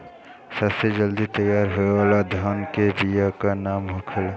सबसे जल्दी तैयार होने वाला धान के बिया का का नाम होखेला?